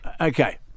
Okay